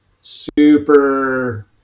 super –